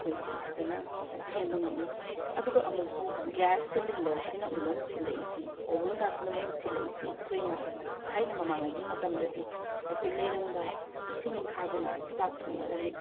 ꯑꯈꯣꯏꯁꯤ ꯐꯖꯅ ꯁꯦꯝꯕ ꯉꯝꯃꯤ ꯑꯗꯨꯒ ꯑꯃꯨꯛꯁꯨ ꯒ꯭ꯌꯥꯁ ꯁꯤꯂꯤꯟꯗꯔꯁꯤꯅ ꯑꯃꯨꯛ ꯃꯍꯨꯠ ꯁꯤꯜꯂꯛꯏꯁꯤ ꯑꯣꯕꯟꯀꯥꯁꯤꯅ ꯃꯍꯨꯠ ꯁꯤꯜꯂꯛꯏꯁꯤ ꯑꯩꯈꯣꯏꯅ ꯊꯥꯏꯅ ꯃꯃꯥꯡꯉꯩꯒꯤ ꯃꯇꯝꯗꯗꯤ ꯑꯩꯈꯣꯏ ꯂꯩꯔꯪꯗ ꯁꯤꯡ ꯊꯥꯗꯨꯅ ꯆꯥꯛ ꯊꯣꯡꯅꯔꯝꯃꯤ